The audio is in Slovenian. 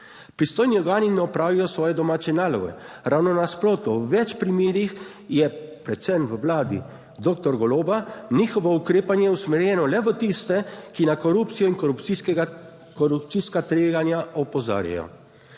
Pristojni organi ne opravijo svoje domače naloge. Ravno nasprotno, v več primerih je, predvsem v Vladi doktor Goloba, njihovo ukrepanje usmerjeno le v tiste, ki na korupcijo in korupcijska, korupcijska tveganja opozarjajo.